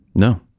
No